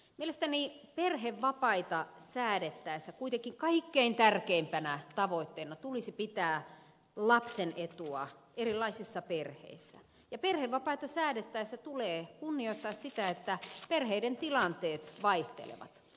mielestäni perhevapaita säädettäessä kuitenkin kaikkein tärkeimpänä tavoitteena tulisi pitää lapsen etua erilaisissa perheissä ja perhevapaita säädettäessä tulee kunnioittaa sitä että perheiden tilanteet vaihtelevat